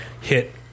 hit